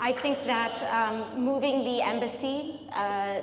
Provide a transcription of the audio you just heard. i think that um moving the embassy ah. yeah